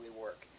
work